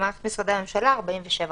ובמערכת משרדי הממשלה 47 עובדים.